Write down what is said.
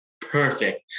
perfect